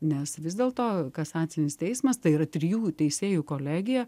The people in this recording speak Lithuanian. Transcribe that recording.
nes vis dėlto kasacinis teismas tai yra trijų teisėjų kolegija